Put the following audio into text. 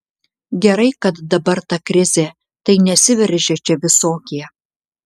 gerai kad dabar ta krizė tai nesiveržia čia visokie